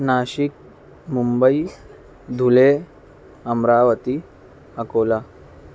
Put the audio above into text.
Nashik Mumbai Dhule Amravati Akola